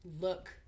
look